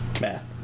Math